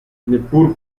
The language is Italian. neppur